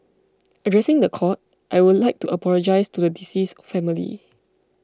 addressing the court I would like to apologise to the deceased's family